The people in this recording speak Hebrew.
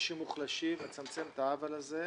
לאנשים מוחלשים ולצמצם את העוול הזה.